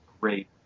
great